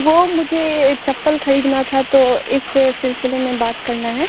वो मुझे चप्पल खरीदना था तो इस सिलसिले में बात करना है